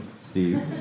Steve